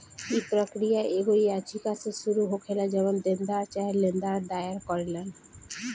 इ प्रक्रिया एगो याचिका से शुरू होखेला जवन देनदार चाहे लेनदार दायर करेलन